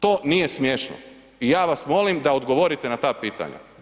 To nije smiješno i ja vas molim da odgovorite na ta pitanja.